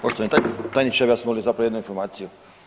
Poštovani tajniče ja bih vas molio zapravo jednu informaciju.